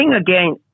again